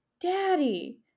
daddy